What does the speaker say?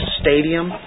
stadium